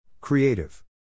Creative